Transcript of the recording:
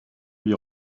lui